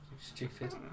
Stupid